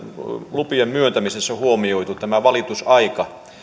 lupien myöntämisessä huomioitu tämä valitusaika